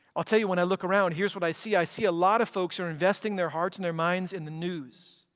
i'll tell you when i look around, here's what i see. i see a lot of folks are investing their hearts and their minds in the news,